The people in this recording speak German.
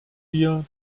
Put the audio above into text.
wir